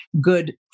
good